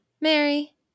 Mary